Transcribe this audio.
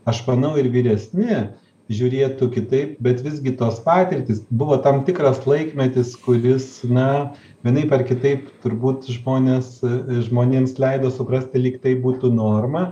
aš manau ir vyresni žiūrėtų kitaip bet visgi tos patirtys buvo tam tikras laikmetis kuris na vienaip ar kitaip turbūt žmonės žmonėms leido suprast kad lyg tai būtų norma